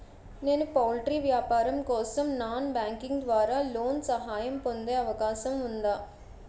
నేను పౌల్ట్రీ వ్యాపారం కోసం నాన్ బ్యాంకింగ్ ద్వారా లోన్ సహాయం పొందే అవకాశం ఉందా?